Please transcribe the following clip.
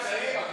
צעיר,